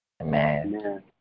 Amen